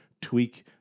tweak